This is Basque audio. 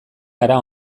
gara